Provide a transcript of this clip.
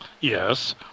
Yes